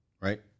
right